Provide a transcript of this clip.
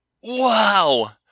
wow